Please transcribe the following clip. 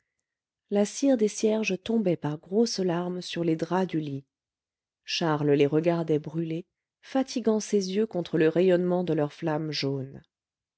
la cire des cierges tombait par grosses larmes sur les draps du lit charles les regardait brûler fatiguant ses yeux contre le rayonnement de leur flamme jaune